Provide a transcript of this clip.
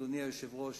אדוני היושב-ראש,